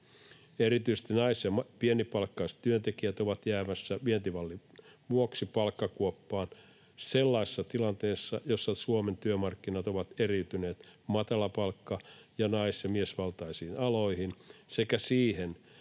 Erityisesti naiset ja pienipalkkaiset työntekijät ovat jäämässä vientimallin vuoksi palkkakuoppaan sellaisessa tilanteessa, jossa Suomen työmarkkinat ovat eriytyneet matalapalkka- ja nais- ja miesvaltaisiin aloihin sekä siihen,